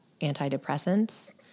antidepressants